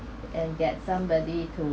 and get somebody to